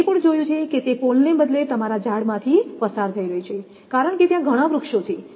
મેં એ પણ જોયું છે કે તે પોલને બદલે તમારા ઝાડમાંથી પસાર થઈ રહ્યું છે કારણ કે ત્યાં ઘણાં વૃક્ષો છે